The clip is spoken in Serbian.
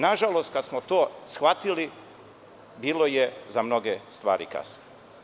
Nažalost, kada smo to shvatili bilo je za mnoge stvari kasno.